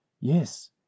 yes